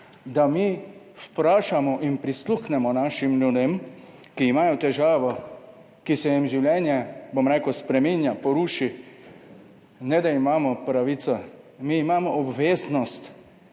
da mi vprašamo in prisluhnemo našim ljudem, ki imajo težavo, ki se jim življenje, bom rekel, spreminja, poruši? Ne da imamo pravico, mi imamo obveznost,